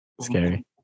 scary